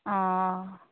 অঁ